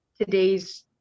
today's